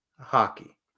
hockey